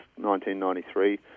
1993